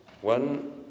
One